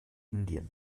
indien